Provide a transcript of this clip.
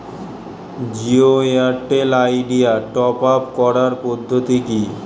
Jio Airtel Idea top up করার পদ্ধতি কি?